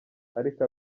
ariko